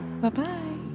Bye-bye